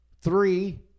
Three